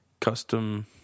custom